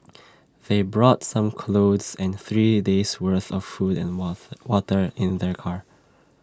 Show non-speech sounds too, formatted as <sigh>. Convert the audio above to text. <noise> they brought some clothes and three A days' worth of food and <unintelligible> water in their car